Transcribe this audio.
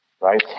right